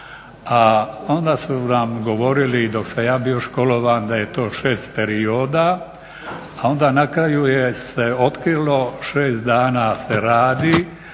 a onda su nam govorili i dok sam ja bio školovan da je to šest perioda. A onda na kraju je se otkrilo šest dana se radi,